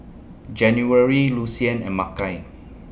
January Lucien and Makai